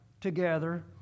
together